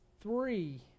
three